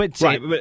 Right